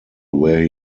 where